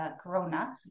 Corona